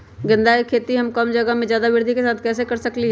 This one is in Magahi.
गेंदा के खेती हम कम जगह में ज्यादा वृद्धि के साथ कैसे कर सकली ह?